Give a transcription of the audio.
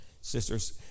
sisters